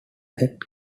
that